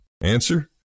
Answer